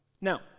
Now